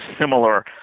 similar